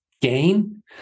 gain